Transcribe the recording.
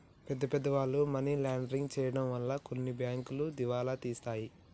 పెద్ద పెద్ద వాళ్ళు మనీ లాండరింగ్ చేయడం వలన కొన్ని బ్యాంకులు దివాలా తీశాయి